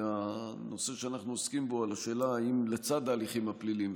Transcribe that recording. והנושא שאנחנו עוסקים בו הוא השאלה אם לצד ההליכים הפליליים,